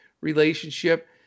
relationship